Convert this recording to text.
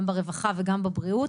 גם ברווחה וגם בבריאות